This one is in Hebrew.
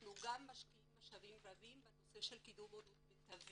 ואנחנו גם משקיעים רבים משאבים רבים בנושא של קידום הורות מיטבית.